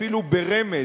אפילו ברמז,